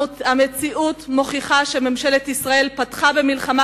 המציאות מוכיחה שממשלת ישראל פתחה במלחמה